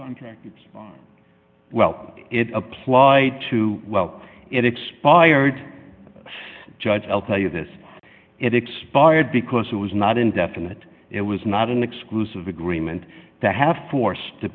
well it applied to well it expired judge i'll tell you this it expired because it was not indefinite it was not an exclusive agreement to have forced to